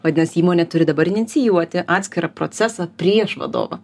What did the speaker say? vadinasi įmonė turi dabar inicijuoti atskirą procesą prieš vadovą